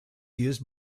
used